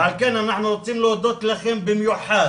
ועל כן אנחנו רוצים להודות לכם במיוחד